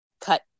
cut